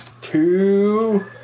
Two